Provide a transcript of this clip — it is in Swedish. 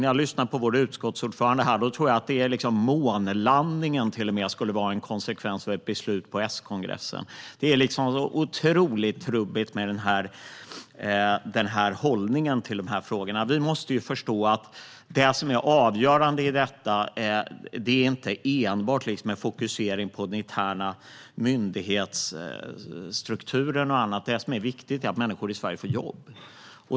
När jag lyssnar på vår utskottsordförande här tror jag att till och med månlandningen skulle vara en konsekvens av ett beslut på S-kongressen. Det är en otroligt trubbig hållning till de här frågorna. Vi måste ju förstå att det som är avgörande i detta inte enbart är en fokusering på interna myndighetsstrukturer och annat. Det som är viktigt är att människor i Sverige får jobb.